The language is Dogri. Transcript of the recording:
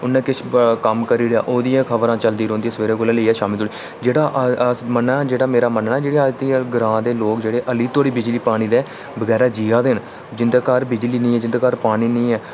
उन्ने कोई कम्म करी ओड़ेआ ओह्दी गै खबर चलदी रौंह्दी सवेरे कोला लेइयै शामीं धोड़ी जेह्ड़ा मेरा मन्नना जेह्ड़ी अज्ज धोड़ी ग्रांऽ दे लोक जेह्ड़े बचैरे बिजली पानी दे बगैरा जीआ दे न जिं'दे घर बिजली निं ऐ जिं'दे घर पानी निं ऐ